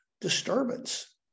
disturbance